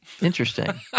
Interesting